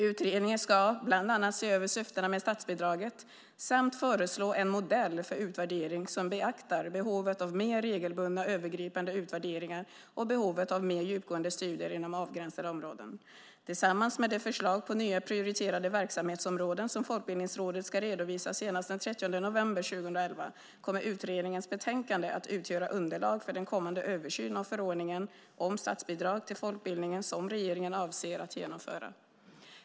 Utredningen ska bland annat se över syftena med statsbidraget samt föreslå en modell för utvärdering som beaktar behovet av mer regelbundna övergripande utvärderingar och behovet av mer djupgående studier inom avgränsade områden. Tillsammans med de förslag på nya prioriterade verksamhetsområden som Folkbildningsrådet ska redovisa senast den 30 november 2011 kommer utredningens betänkande att utgöra underlag för den kommande översynen av förordningen om statsbidrag till folkbildningen som regeringen avser att genomföra.